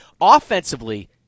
Offensively